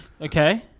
Okay